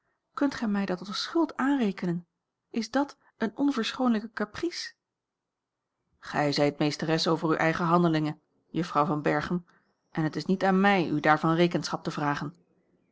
kunt gij mij dat als schuld aanrekenen is dat eene onverschoonlijke caprice gij zijt meesteres over uwe eigene handelingen juffrouw van berchem en het is niet aan mij u daarvan rekenschap te vragen